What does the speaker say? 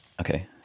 okay